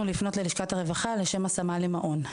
לפנות ללשכת הרווחה לשם השמה במעון.